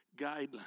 guidelines